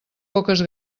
poques